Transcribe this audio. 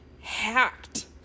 hacked